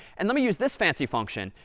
and let me use this fancy function,